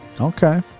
okay